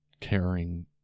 caring